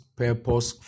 purpose